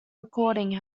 recording